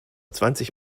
zwanzig